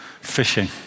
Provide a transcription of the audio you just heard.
fishing